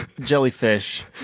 jellyfish